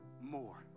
more